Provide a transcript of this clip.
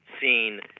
seen